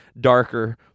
darker